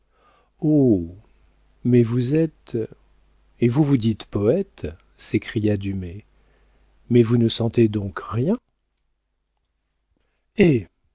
mais vous êtes et vous vous dites poëte s'écria dumay mais vous ne sentez donc rien